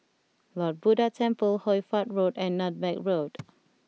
Lord Buddha Temple Hoy Fatt Road and Nutmeg Road